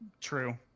True